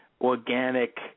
organic